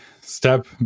step